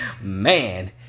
man